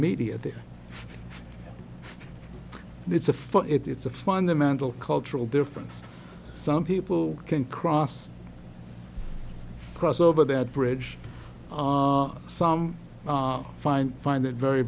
media there it's a for it it's a fundamental cultural difference some people can cross cross over that bridge some find find it very